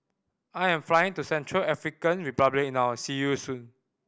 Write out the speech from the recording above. I am flying to Central African Republic now see you soon